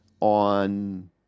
on